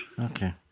Okay